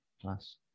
plus